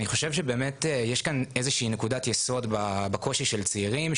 ואני חושב שבאמת יש כאן איזושהי נקודת יסוד בקושי של צעירים,